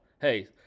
hey